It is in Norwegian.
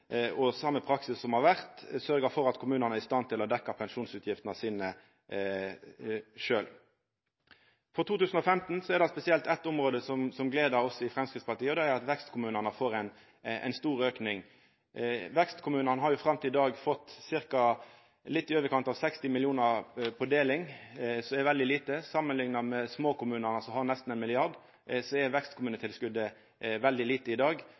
og same praksis som har vore, sørgja for at kommunane er i stand til å dekkja pensjonsutgiftene sine sjølve. For 2015 er det spesielt eitt område som gler oss i Framstegspartiet: at vekstkommunane får ei stor auking. Vekstkommunane har fram til i dag fått litt i overkant av 60 mill. kr på deling, som er veldig lite. Samanlikna med dei små kommunane, som har nesten 1 mrd. kr, er vekstkommunetilskotet veldig lite i dag.